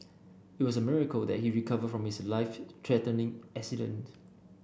it was a miracle that he recovered from his life threatening accident